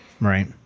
right